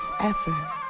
effort